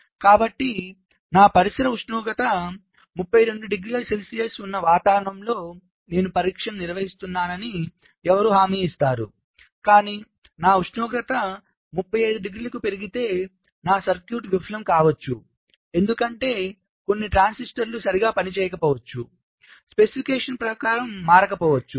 కాబట్టి నా పరిసర ఉష్ణోగ్రత 32 డిగ్రీల సెల్సియస్ ఉన్న వాతావరణంలో నేను పరీక్షను నిర్వహిస్తున్నానని ఎవరు హామీ ఇస్తారు కాని నా ఉష్ణోగ్రత 35 డిగ్రీలకు పెరిగితే నా సర్క్యూట్లు విఫలం కావచ్చు ఎందుకంటే కొన్ని ట్రాన్సిస్టర్లు సరిగా పనిచేయకపోవచ్చు స్పెసిఫికేషన్ ప్రకారం మారకపోవచ్చు